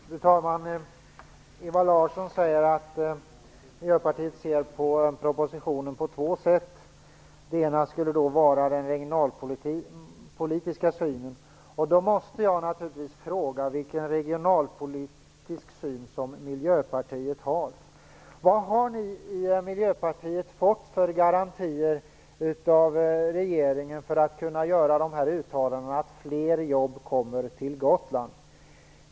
Fru talman! Ewa Larsson sade att Miljöpartiet ser på propositionen på två sätt, varav det ena gäller regionalpolitiken. Jag måste naturligtvis fråga vilken regionalpolitisk syn Miljöpartiet har. Vilka garantier har ni i Miljöpartiet fått av regeringen så att ni kan göra uttalanden om att fler jobb kommer till Gotland?